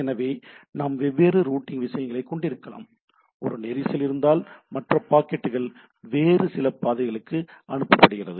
எனவே நாம் வெவ்வேறு ரூட்டிங் விஷயங்களைக் கொண்டிருக்கலாம் ஒரு நெரிசல் இருந்தால் மற்ற பாக்கெட்டுகள் வேறு சில பாதைகளுக்கு அனுப்பப்படுகின்றன